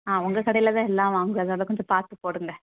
ஆ உங்கள் கடையில் தான் எல்லாம் வாங்குவேன் அதனால் தான் கொஞ்சம் பார்த்து போடுங்க